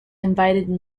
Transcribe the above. invited